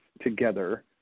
together